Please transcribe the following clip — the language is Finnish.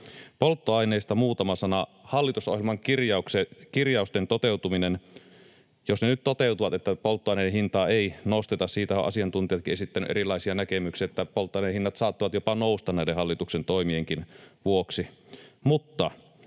Polttoaineista muutama sana: Hallitusohjelman kirjausten toteutuminen, jos ne nyt toteutuvat, siinä, että polttoaineen hintaa ei nosteta — siitähän ovat asiantuntijatkin esittäneet erilaisia näkemyksiä niin, että polttoaineen hinnat saattavat jopa nousta näiden hallituksen toimienkin vuoksi.